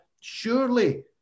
surely